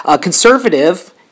conservative